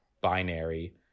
binary